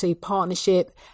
partnership